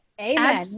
amen